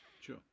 Sure